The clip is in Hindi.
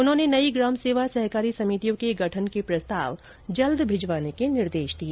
उन्होंने नई ग्राम सेवा सहकारी समितियों के गठन के प्रस्ताव जल्द भिजवाने के निर्देश दिए